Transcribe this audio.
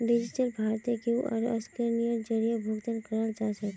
digital भारतत QR scanner जरीए भुकतान कराल जाछेक